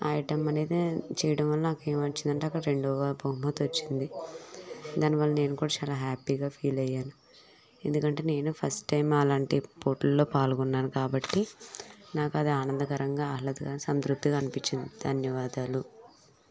ఆ ఐటెమ్ అనేదే చేయడం వల్ల నాకేం వచ్చింది అక్కడ రెండోవ బహుమతి వచ్చింది దానివల్ల నేను కూడా చాలా హ్యాపీగా ఫీల్ అయ్యాను ఎందుకంటే నేను ఫస్ట్ టైం అలాంటి పోటీల్లో పాల్గొన్నాను కాబట్టి నాకది ఆనందకరంగా ఆహ్లాదకరంగా సంతృప్తిగా అనిపిచ్చింది ధన్యవాదాలు